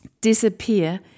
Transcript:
disappear